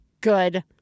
good